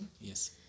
Yes